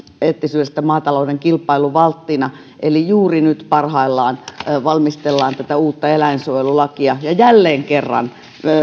eettisyydestä maatalouden kilpailuvalttina eli juuri nyt parhaillaan valmistellaan uutta eläinsuojelulakia ja jälleen kerran